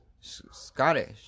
Scottish